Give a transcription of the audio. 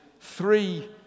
three